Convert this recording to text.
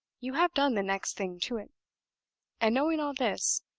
you have done the next thing to it and knowing all this,